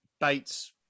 Bates